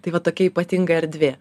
tai va tokia ypatinga erdvė